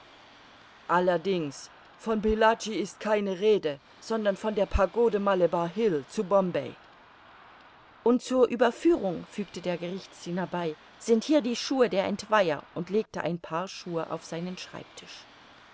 allerdings von pillaji ist keine rede sondern von der pagode malebar hill zu bombay und zur ueberführung fügte der gerichtsdiener bei sind hier die schuhe der entweiher und legte ein paar schuhe auf seinen schreibtisch